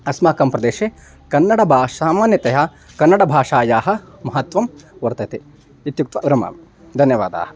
अस्माकं प्रदेशे कन्नडभाषा सामान्यतया कन्नडभाषायाः महत्वं वर्तते इत्युक्त्वा विरमामि धन्यवादाः